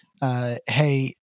hey